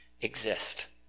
exist